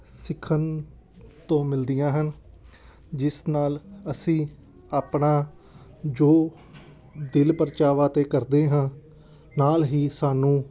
ਸਿੱਖਣ ਤੋਂ ਮਿਲਦੀਆਂ ਹਨ ਜਿਸ ਨਾਲ ਅਸੀਂ ਆਪਣਾ ਜੋ ਦਿਲ ਪਰਚਾਵਾਂ ਤਾਂ ਕਰਦੇ ਹਾਂ ਨਾਲ ਹੀ ਸਾਨੂੰ